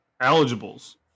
eligibles